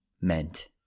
meant